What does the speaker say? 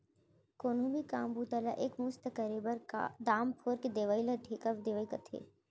कोनो भी काम बूता ला एक मुस्त करे बर, दाम फोर के देवइ ल ठेका देवई कथें